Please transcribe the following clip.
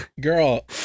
girl